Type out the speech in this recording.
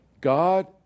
God